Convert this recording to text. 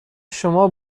شما